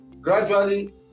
gradually